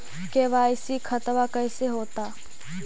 KYC खतबा कैसे होता?